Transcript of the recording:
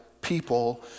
people